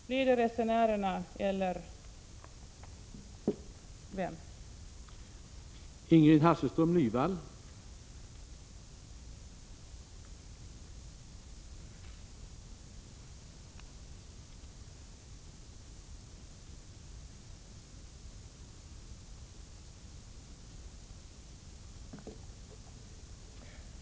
Blir det resenärerna eller vem blir det?